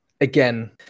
Again